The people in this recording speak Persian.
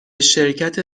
شرکت